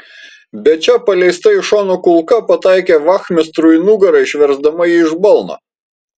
bet čia paleista iš šono kulka pataikė vachmistrui į nugarą išversdama jį iš balno